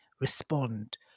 respond